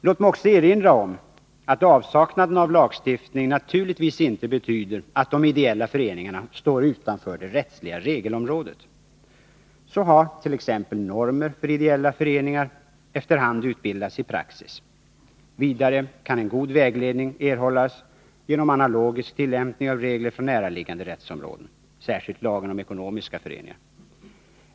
Låt mig också erinra om att avsaknaden av lagstiftning naturligtvis inte betyder att de ideella föreningarna står utanför det rättsliga regelområdet. Så hart.ex. normer för ideella föreningar efter hand utbildats i praxis. Vidare kan en god vägledning erhållas genom analogisk tillämpning av regler från näraliggande rättsområden, särskilt lagen om ekonomiska föreningar.